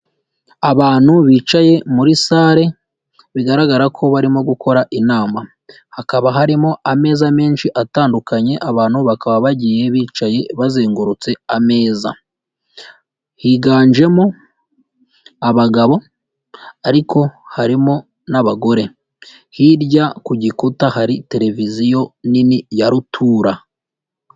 Abantu bicaye muri sare bigaragara ko barimo gukora inama, hakaba harimo ameza menshi atandukanye abantu bakaba bagiye bicaye bazengurutse ameza, higanjemo abagabo ariko harimo n'abagore hirya ku gikuta hari televiziyo nini ya rutura.